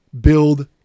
build